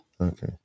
okay